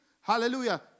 Hallelujah